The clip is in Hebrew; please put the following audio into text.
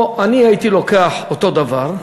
או: אני הייתי לוקח אותו דבר,